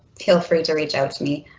feel free to reach out to me.